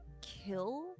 kill